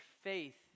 faith